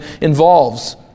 involves